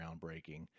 groundbreaking